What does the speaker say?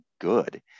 good